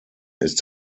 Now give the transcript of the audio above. ist